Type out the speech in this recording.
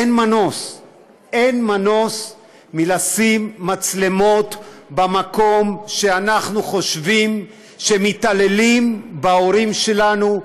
אין מנוס מלשים מצלמות במקום שאנחנו חושבים שמתעללים בהורים שלנו,